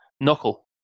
knuckle